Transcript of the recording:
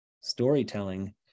storytelling